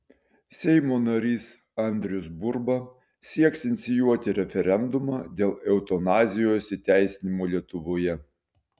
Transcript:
seimo narys andrius burba sieks inicijuoti referendumą dėl eutanazijos įteisinimo lietuvoje